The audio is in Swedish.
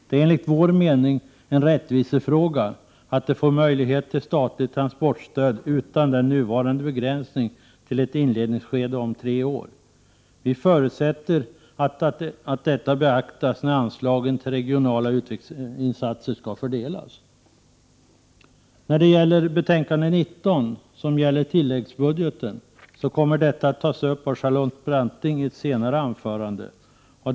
Det är enligt vår mening en rättvisefråga att man får möjlighet till statligt transportstöd utan den nuvarande begränsningen till ett inledningsskede om tre år. Vi förutsätter att detta beaktas när anslagen till regionala utvecklingsinsatser fördelas. Arbetsmarknadsutskottets betänkande 19 som gäller tilläggsbudgeten kommer att tas upp av Charlotte Branting i ett senare anförande.